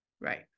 right